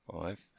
Five